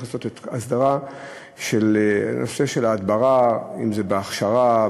לעשות את ההסדרה של נושא ההדברה: אם זה בהכשרה,